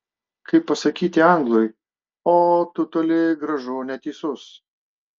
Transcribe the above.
kaip pasakyti anglui o tu toli gražu neteisus